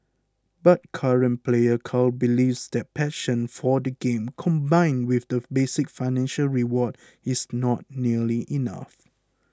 but current player Carl believes that passion for the game combined with a basic financial reward is not nearly enough